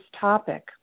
topic